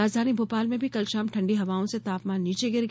राजधानी भोपाल में भी कल शाम ठंडी हवाओं से तापमान नीचे गिर गया